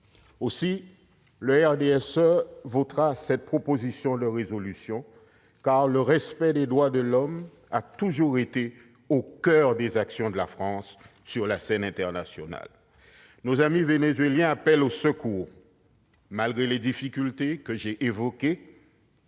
du RDSE voteront cette proposition de résolution, car le respect des droits de l'homme a toujours été au coeur des actions de la France sur la scène internationale. Nos amis vénézuéliens appellent au secours. Malgré les difficultés que j'ai évoquées,